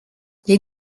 les